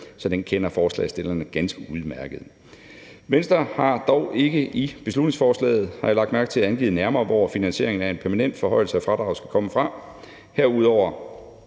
så den kender forslagsstillerne ganske udmærket. Venstre har dog ikke i beslutningsforslaget, har jeg lagt mærke til, angivet nærmere, hvor finansieringen af en permanent forhøjelse af fradraget skal komme fra. Herudover